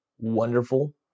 Wonderful